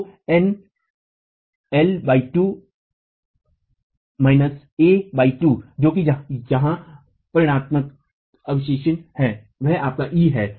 तो N L 2 A 2 जो कि जहां परिणामकर्ता अधिवेशन है वह आपका e ई है